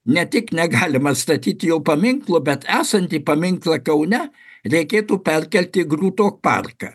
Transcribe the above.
ne tik negalima statyti jau paminklo bet esantį paminklą kaune reikėtų perkelti į grūto parką